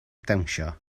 dawnsio